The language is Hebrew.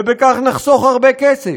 ובכך נחסוך הרבה כסף.